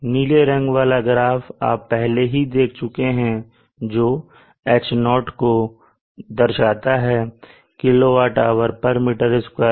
नीला रंग वाला ग्राफ आप पहले ही देख चुके हैं जो H0 को दर्शाता है kWm2day मैं